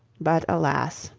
but, alas!